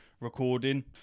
recording